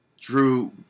Drew